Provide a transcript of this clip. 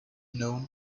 known